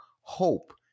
hope